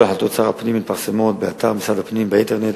כל החלטות שר הפנים מפורסמות באתר משרד הפנים באינטרנט